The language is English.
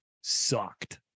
sucked